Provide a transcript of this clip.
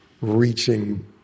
reaching